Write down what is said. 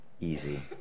easy